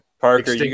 Parker